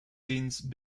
since